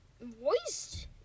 voice